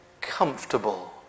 comfortable